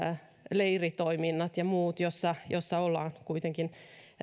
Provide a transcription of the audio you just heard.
leiritoiminnat ja muut joissa joissa ollaan kuitenkin